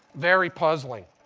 very puzzling.